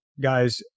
guys